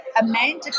amanda